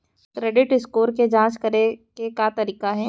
Credit score के जाँच करे के का तरीका हे?